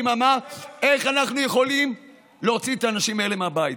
ביממה איך אנחנו יכולים להוציא את האנשים האלה מהבית.